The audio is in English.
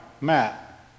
Matt